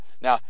Now